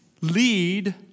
lead